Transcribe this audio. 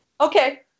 okay